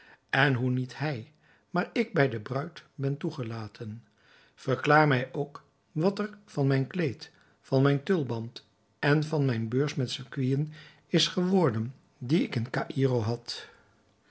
en hoe niet hij maar ik bij de bruid ben toegelaten verklaar mij ook wat er van mijn kleed van mijn tulband en van de beurs met sequinen is geworden die ik te caïro had